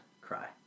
cry